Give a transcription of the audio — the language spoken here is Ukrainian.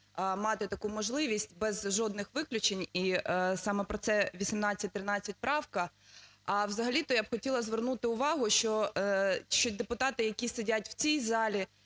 мати таку можливість без жодних виключень. І саме про це 1813 правка. А взагалі-то я б хотіла звернути увагу, що депутати, які сидять в цій залі,